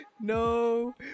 No